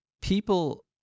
People